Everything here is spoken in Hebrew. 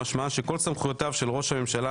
משמע שכל סמכויותיו של ראש הממשלה